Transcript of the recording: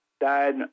died